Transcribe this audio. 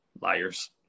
Liars